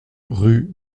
rue